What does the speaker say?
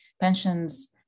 pensions